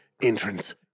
entrance